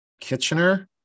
Kitchener